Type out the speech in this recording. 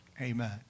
Amen